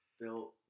built